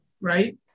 right